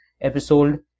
episode